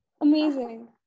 Amazing